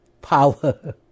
power